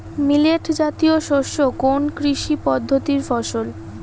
Millet জাতীয় শস্য কোন কৃষি পদ্ধতির ফসল?